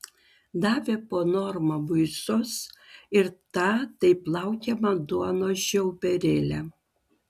davė po normą buizos ir tą taip laukiamą duonos žiauberėlę